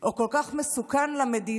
או כל כך מסוכן למדינה,